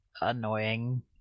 annoying